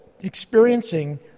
experiencing